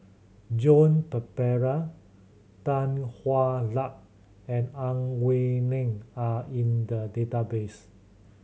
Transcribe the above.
Joan Pereira Tan Hwa Luck and Ang Wei Neng are in the database